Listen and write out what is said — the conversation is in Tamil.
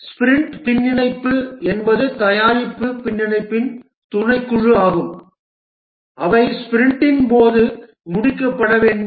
ஸ்பிரிண்ட் பின்னிணைப்பு என்பது தயாரிப்பு பின்னிணைப்பின் துணைக்குழு ஆகும் அவை ஸ்பிரிண்டின் போது முடிக்கப்பட உள்ளன